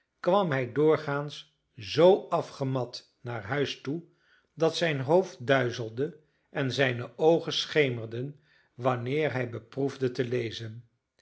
kwam hij doorgaans zoo afgemat naar huis toe dat zijn hoofd duizelde en zijne oogen schemerden wanneer hij beproefde te lezen